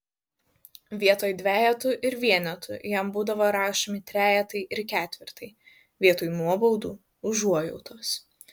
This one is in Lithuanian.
vietoj dvejetų ir vienetų jam būdavo rašomi trejetai ir ketvirtai vietoj nuobaudų užuojautos